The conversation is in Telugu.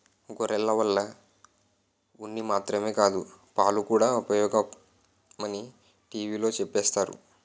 గొర్రెల వల్ల ఉన్ని మాత్రమే కాదు పాలుకూడా ఉపయోగమని టీ.వి లో చెప్పేరు